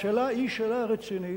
השאלה היא שאלה רצינית.